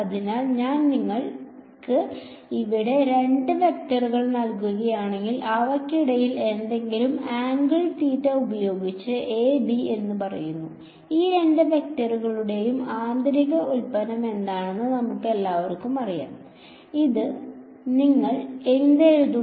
അതിനാൽ ഞാൻ നിങ്ങൾക്ക് ഇവിടെ രണ്ട് വെക്ടറുകൾ നൽകുകയാണെങ്കിൽ അവയ്ക്കിടയിൽ എന്തെങ്കിലും ആംഗിൾ തീറ്റ ഉപയോഗിച്ച് a b എന്ന് പറയുക ഈ രണ്ട് വെക്റ്ററുകളുടെയും ആന്തരിക ഉൽപ്പന്നം എന്താണെന്ന് നമുക്കെല്ലാവർക്കും അറിയാം നിങ്ങൾ അത് എന്തെഴുതും